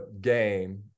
game